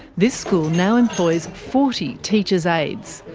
this school now employs forty teachers' aides,